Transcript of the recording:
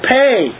pay